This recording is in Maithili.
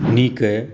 नीक अइ